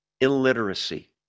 illiteracy